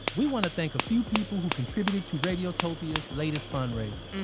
we want to thank a few people who contributed to radiotopia's latest fundraiser.